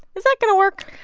is that going to work?